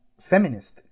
feminist